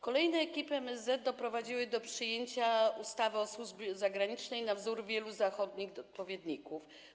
Kolejne ekipy MSZ doprowadziły do przyjęcia ustawy o służbie zagranicznej na wzór wielu zachodnich odpowiedników.